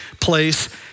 place